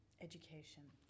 Education